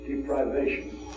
deprivation